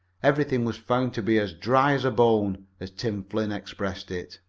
everything was found to be as dry as a bone, as tim flynn expressed it.